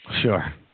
Sure